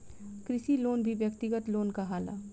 कृषि लोन भी व्यक्तिगत लोन कहाला